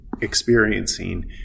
experiencing